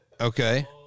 Okay